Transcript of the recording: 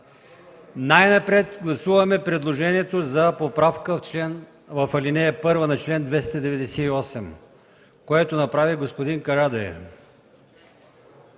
Най-напред гласуваме предложението за поправка в ал. 1 на чл. 298, което направи господин Карадайъ.